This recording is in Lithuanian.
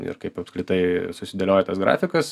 ir kaip apskritai susidėlioja tas grafikas